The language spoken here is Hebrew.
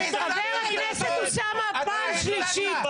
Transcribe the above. חבר הכנסת אוסאמה, פעם שלישית.